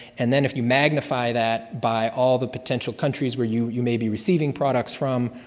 and then if you magnify that by all the potential countries where you you may be receiving products from,